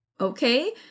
Okay